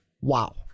Wow